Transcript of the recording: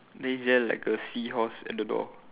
then is there like a seahorse at the door